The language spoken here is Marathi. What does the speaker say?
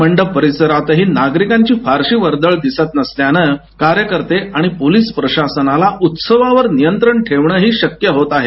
मंडप परिसरातही नागरिकांची फारशी वर्दळ दिसत नसल्यानं कार्यकर्ते आणि पोलिस प्रशासनाला उत्सवावर नियंत्रण ठेवणेही शक्य होत आहे